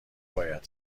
باید